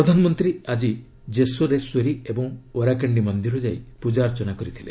ପ୍ରଧାନମନ୍ତ୍ରୀ ଆଜି ଜେଶୋରେଶ୍ୱରୀ ଏବଂ ଓରାକାଣ୍ଡି ମନ୍ଦିର ଯାଇ ପୂଜାର୍ଚ୍ଚନା କରିଥିଲେ